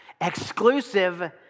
Exclusive